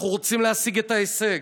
אנחנו רוצים להשיג את ההישג.